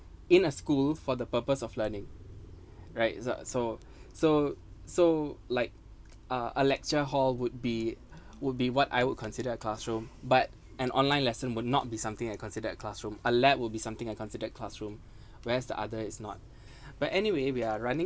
in a school for the purpose of learning right so so so like a lecture hall would be would be what I would consider a classroom but an online lesson would not be something I consider a classroom a lab will be something I considered classroom whereas the other is not but anyway we are running